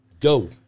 Go